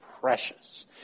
precious